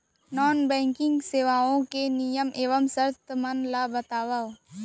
non banking सेवाओं के नियम एवं शर्त मन ला बतावव